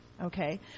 Okay